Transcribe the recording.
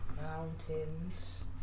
Mountains